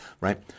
Right